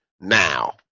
now